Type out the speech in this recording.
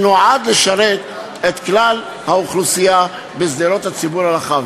שנועד לשרת את כלל האוכלוסייה בשדרות הציבור הרחב.